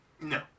No